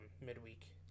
midweek